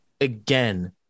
again